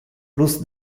plus